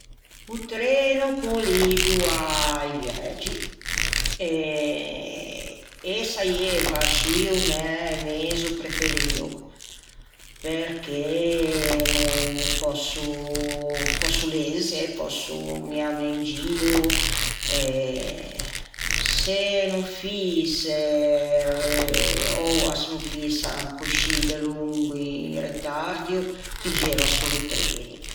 O treno o conligo a-i viægi e saieiva ascì o mæ mezo preferio perché pòsso leze, pòsso ammiâme in gio se no foïse oua se no foïsan coscì delongo in retardio, piggieiva solo treni.